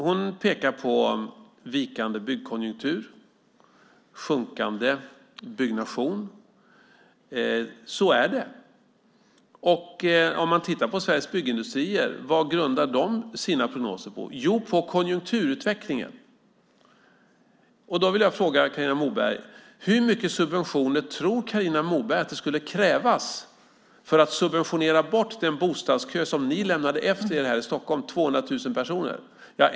Hon pekar på vikande byggkonjunktur och sjunkande byggnation. Så är det. Man kan titta på Sveriges Byggindustrier. Vad grundar de sina prognoser på? Jo, de grundar dem på konjunkturutvecklingen. Då vill jag fråga Carina Moberg: Hur mycket subventioner tror Carina Moberg att det skulle krävas för att subventionera bort den bostadskö som ni lämnade efter er här i Stockholm - 200 000 personer?